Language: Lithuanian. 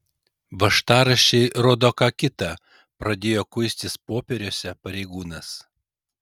važtaraščiai rodo ką kita pradėjo kuistis popieriuose pareigūnas